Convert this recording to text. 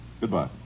Goodbye